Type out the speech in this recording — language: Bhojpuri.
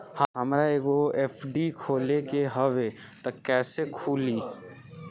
हमरा एगो एफ.डी खोले के हवे त कैसे खुली?